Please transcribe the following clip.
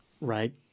Right